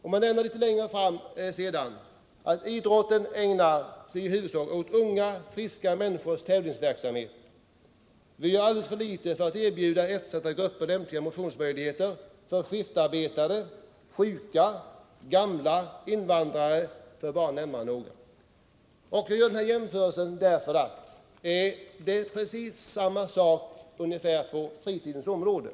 Tidningen nämner också att idrotten i huvudsak ägnar sig åt unga, friska människors tävlingsverksamhet och att den gör alldeles för litet för att erbjuda eftersatta grupper lämpliga motionsmöjligheter, t.ex. skiftarbetare, sjuka, gamla, invandrare — för att bara nämna några. Jag gör denna jämförelse därför att nästan precis samma sak gäller på fritidsområdet.